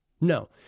No